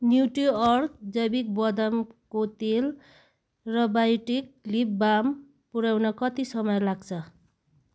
Nutriorg जैविक बदामको तेल र बायोटिक लिप बाम पुऱ्याउन कति समय लाग्छ